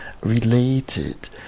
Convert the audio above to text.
related